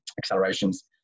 accelerations